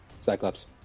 Cyclops